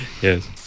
Yes